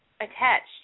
attached